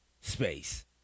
space